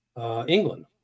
England